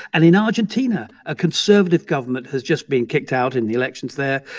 and in argentina, a conservative government has just been kicked out in the elections there.